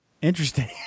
Interesting